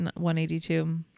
182